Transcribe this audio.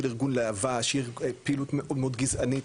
ארגון להב"ה שהיא פעילות מאוד מאוד גזענית,